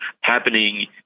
happening